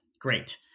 Great